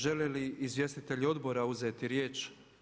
Žele li izvjestitelji odbora uzeti riječ?